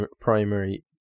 primary